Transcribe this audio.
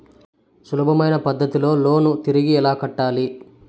సులభమైన పద్ధతిలో లోను తిరిగి ఎలా కట్టాలి